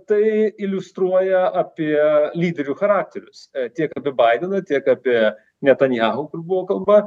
tai iliustruoja apie lyderių charakterius tiek apie baideną tiek apie netanjahu buvo kalba